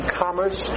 commerce